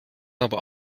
aber